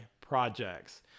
projects